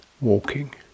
walking